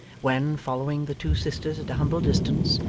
when, following the two sisters at a humble distance,